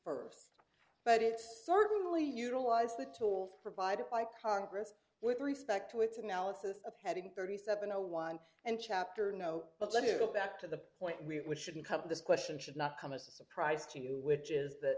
verbs but it certainly utilized the tool for provided by congress with respect to its analysis of having thirty seven no one and chapter no but let it go back to the point we should come to this question should not come as a surprise to you which is that